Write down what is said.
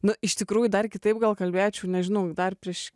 na iš tikrųjų dar kitaip gal kalbėčiau nežinau dar prieš